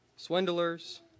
swindlers